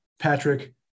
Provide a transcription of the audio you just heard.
patrick